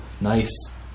nice